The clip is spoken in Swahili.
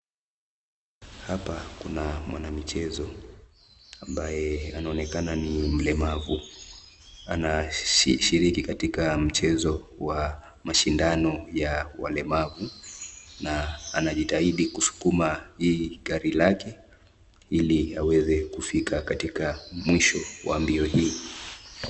Hapa kuna mwana michezo ambaye anaonekana ni mlemavu, anashiriki katika mchezo wa mashindano ya walemavu na anajitahidi kuskuma hii gari yake ili aweze kufika katika mwisho wa mbio hii.